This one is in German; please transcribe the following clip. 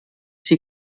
sie